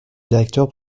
directeur